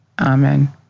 Amen